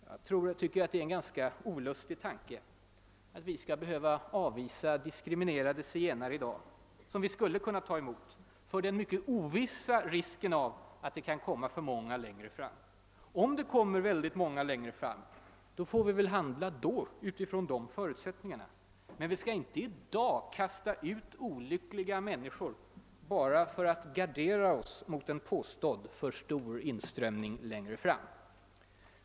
Jag tycker det är en ganska olustig tanke att vi i dag skall avvisa diskriminerade zigenare, som vi skulle kunna ta emot, på grund av den mycket ovissa risken att det kan komma alltför många längre fram. Om detta skulle bli fallet får vi väl då handla utifrån de förutsättningarna. Men vi bör inte i dag kasta ut olyckliga människor för att gardera oss mot en eventuell för stor inströmning längre fram.